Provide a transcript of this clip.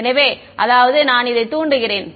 எனவே அதாவது நான் இதை தூண்டுகிறேன்